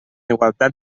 igualtat